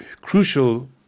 crucial